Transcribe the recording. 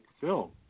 film